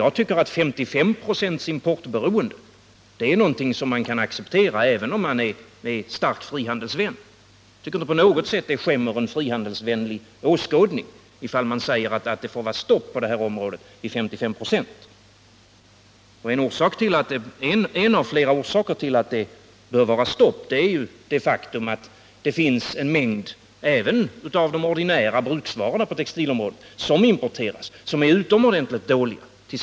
Jag tycker att 55 26 importberoende är vad man kan acceptera, även om man är starkt frihandelsvänlig. Jag tycker inte att det på något sätt skämmer en trihandelsvänlig åskådning att säga, att det får vara stopp vid en nivå på 55 96 på detta område. En av flera orsaker till att ett sådant stopp bör införas är det faktum att en mängd importerade varor, även ordinära bruksvaror, på textilområdet har utomordentligt dålig kvalitet.